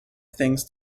things